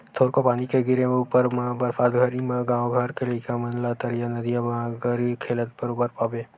थोरको पानी के गिरे ऊपर म बरसात घरी म गाँव घर के लइका मन ला तरिया नदिया म गरी खेलत बरोबर पाबे